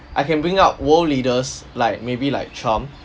I can bring up world leaders like maybe like trump